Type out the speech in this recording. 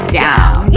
down